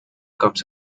comes